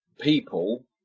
people